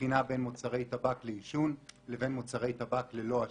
מבחינה בין מוצרי טבק לעישון לבין מוצרי טבק ללא עשן.